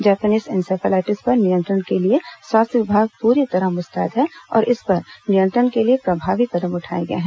Japanese encephalitis पर नियंत्रण के लिए स्वास्थ्य विभाग पूरी तरह मुस्तैद है और इस पर नियंत्रण के लिए प्रभावी कदम उठाए गए हैं